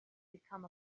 become